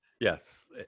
Yes